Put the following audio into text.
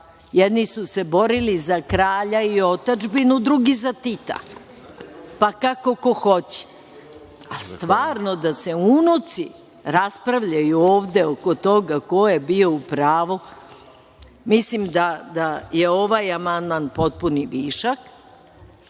Jedni su se borili za kralja i otadžbinu, drugi za Tita, pa kako ko hoće. Stvarno da se unuci raspravljaju ovde oko toga ko je bio u pravu, mislim da je ovaj amandman potpuni višak,